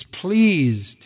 pleased